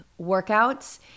workouts